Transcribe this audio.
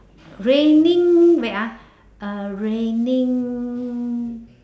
raining wait ah uh raining